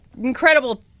incredible